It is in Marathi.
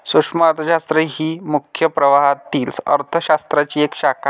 सूक्ष्म अर्थशास्त्र ही मुख्य प्रवाहातील अर्थ शास्त्राची एक शाखा आहे